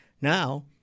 Now